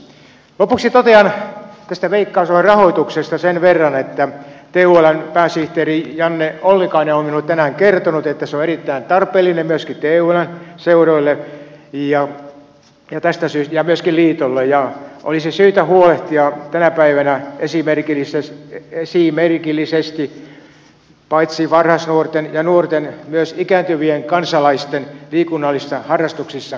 lopuksi totean tästä veikkaus oyn rahoituksesta sen verran että tuln pääsihteeri janne ollikainen on minulle tänään kertonut että se on erittäin tarpeellinen myöskin tuln seuroille ja myöskin liitolle ja olisi syytä huolehtia tänä päivänä esimerkillisesti paitsi varhaisnuorten ja nuorten myös ikääntyvien kansalaisten liikunnallista harrastuksista